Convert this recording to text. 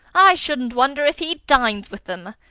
i shouldn't wonder if he dines with them.